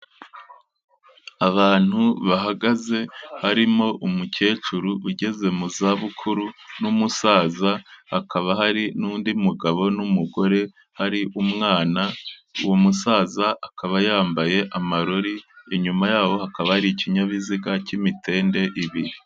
Abantu bahagaze harimo umukecuru ugeze mu zabukuru n'umusaza, hakaba hari n'undi mugabo n'umugore, hari umwana, uwo musaza akaba yambaye amarori, inyuma yabo hakaba hari ikinyabiziga cy'imitende ibiri.